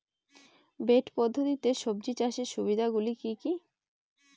Bed পদ্ধতিতে সবজি চাষের সুবিধাগুলি কি কি?